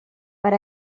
per